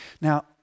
Now